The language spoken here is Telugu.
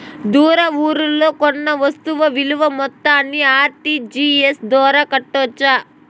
దూర ఊర్లలో కొన్న వస్తు విలువ మొత్తాన్ని ఆర్.టి.జి.ఎస్ ద్వారా కట్టొచ్చా?